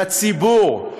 לציבור,